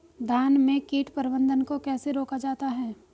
धान में कीट प्रबंधन को कैसे रोका जाता है?